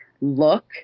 look